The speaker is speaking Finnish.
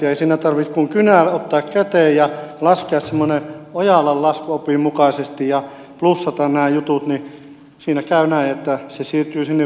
ei siinä tarvitse kuin kynä ottaa käteen ja laskea semmoisen ojalan laskuopin mukaisesti ja plussata nämä jutut niin siinä käy näin että siirtyy sinne viroon ja muualle se teollisuus